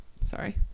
sorry